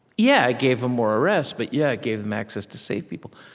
yeah, it gave them more arrests, but yeah, it gave them access to save people.